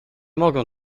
mogę